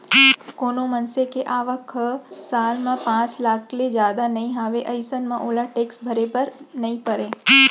कोनो मनसे के आवक ह साल म पांच लाख ले जादा नइ हावय अइसन म ओला टेक्स भरे बर नइ परय